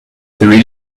three